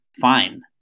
fine